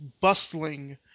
bustling